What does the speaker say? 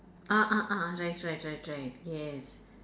ah ah ah right right right right yes